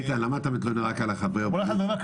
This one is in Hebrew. למה אתה מתלונן רק על הקואליציה